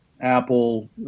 Apple